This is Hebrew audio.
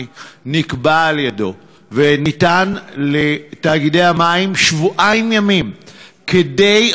נקבע על-ידיו וניתנו לתאגידי המים שבועיים ימים כדי,